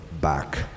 back